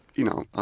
you know.